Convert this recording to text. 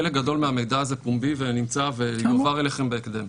חלק גדול מהמידע הזה פומבי ונמצא ויועבר אליכם בהקדם.